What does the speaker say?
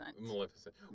Maleficent